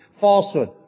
falsehood